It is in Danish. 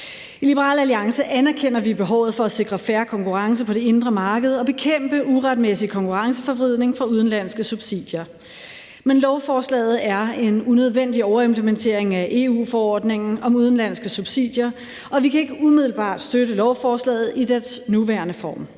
I Liberal Alliance anerkender vi behovet for at sikre fair konkurrence på det indre marked og bekæmpe uretmæssig konkurrenceforvridning fra udenlandske subsidier. Men lovforslaget er en unødvendig overimplementering af EU-forordningen om udenlandske subsidier, og vi kan ikke umiddelbart støtte lovforslaget i dets nuværende form.